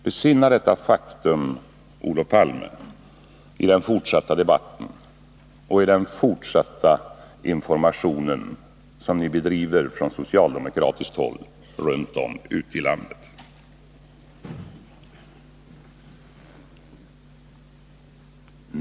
Besinna detta faktum, Olof Palme, i den fortsatta debatten och i den fortsatta information som ni från socialdemokratiskt håll bedriver runt om i landet!